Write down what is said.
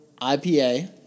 IPA